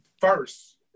First